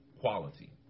quality